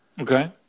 Okay